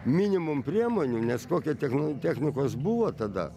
minim priemonių nes kokia tech technikos buvo tada